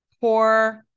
poor